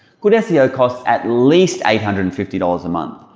good seo costs at least eight hundred and fifty dollars a month.